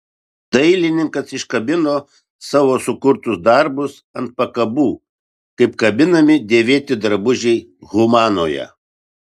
dailininkas iškabina savo sukurtus darbus ant pakabų kaip kabinami dėvėti drabužiai humanoje